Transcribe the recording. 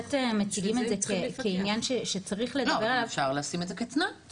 בהחלט מציגים את זה כעניין לא, לשים את זה כתנאי.